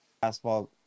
basketball